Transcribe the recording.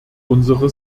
unsere